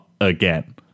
again